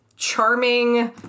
charming